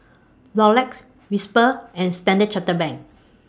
Rolex Whisper and Standard Chartered Bank